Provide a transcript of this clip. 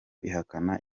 ihakana